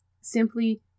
simply